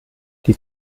die